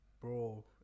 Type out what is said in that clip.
bro